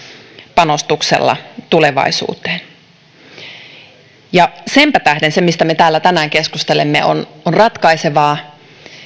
panostuksella tulevaisuuteen senpä tähden se mistä me täällä tänään keskustelemme on on ratkaisevaa